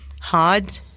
hard